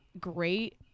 Great